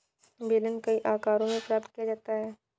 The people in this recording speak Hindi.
बेलन कई आकारों में प्राप्त किया जाता है